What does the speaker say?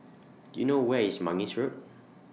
Do YOU know Where IS Mangis Road